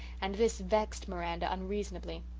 and this vexed miranda unreasonably.